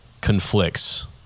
conflicts